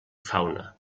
fauna